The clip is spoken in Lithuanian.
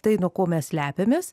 tai nuo ko mes slepiamės